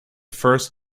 first